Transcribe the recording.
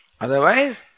Otherwise